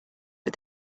but